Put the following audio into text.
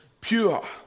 pure